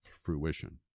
fruition